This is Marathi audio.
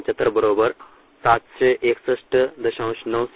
9 s or 12